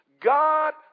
God